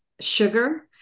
sugar